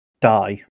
die